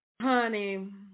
Honey